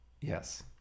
Yes